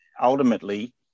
ultimately